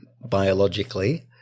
biologically